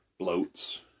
bloats